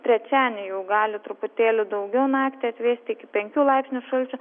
trečiadienį jau gali truputėlį daugiau naktį atvėsti iki penkių laipsnių šalčio